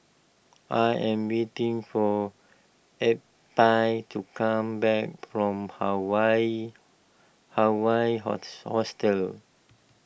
I am waiting for Eppie to come back from Hawaii Hawaii Host Hostel